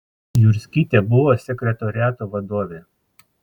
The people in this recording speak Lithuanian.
jurskytė buvo sekretoriato vadovė